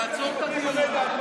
תעצור את הדיון.